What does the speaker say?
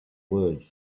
words